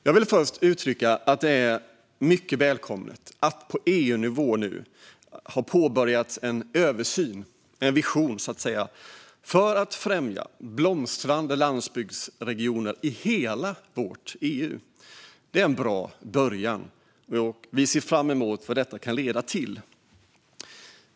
Jag vill först uttrycka att det är mycket välkommet att på EU-nivå ha påbörjat en översyn, en vision, för att främja blomstrande landsbygdsregioner i hela vårt EU. Det är en bra början, och vi ser fram emot vad det kan leda till.